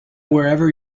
wherever